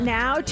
now